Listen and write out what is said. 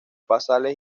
basales